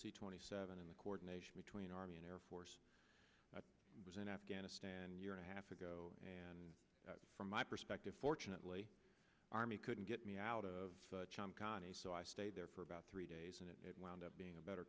the twenty seven in the coordination between army and air force i was in afghanistan year and a half ago and from my perspective fortunately army couldn't get me out of so i stayed there for about three days and it wound up being a better